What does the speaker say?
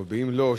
אבל אם לא,